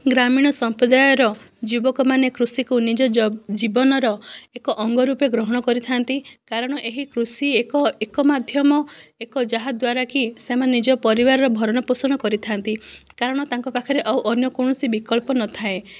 ଗ୍ରାମୀଣ ସମ୍ପ୍ରଦାୟର ଯୁବକମାନେ କୃଷିକୁ ନିଜ ଜବ ଜୀବନର ଏକ ଅଙ୍ଗରୂପେ ଗ୍ରହଣ କରିଥାନ୍ତି କାରଣ ଏହି କୃଷି ଏକ ଏକ ମାଧ୍ୟମ ଏକ ଯାହାଦ୍ଵାରା କି ସେମାନେ ନିଜ ପରିବାରର ଭରଣପୋଷଣ କରିଥାନ୍ତି କାରଣ ତାଙ୍କ ପାଖରେ ଆଉ ଅନ୍ୟ କୌଣସି ବିକଳ୍ପ ନଥାଏ